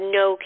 no